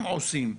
התושבים עושים,